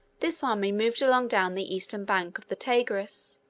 this army moved along down the eastern bank of the tigris,